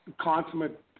consummate